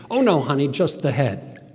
oh, no, honey, just the head,